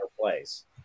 place